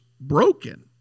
broken